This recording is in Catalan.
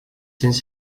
cents